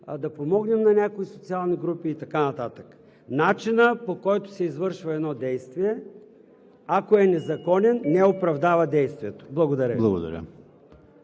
да помогнем на някои социални групи и така нататък. Начинът, по който се извършва едно действие, ако е незаконен, не оправдава действието. Благодаря.